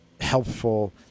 helpful